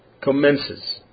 commences